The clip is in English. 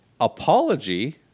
apology